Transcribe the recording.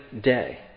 day